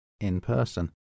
in-person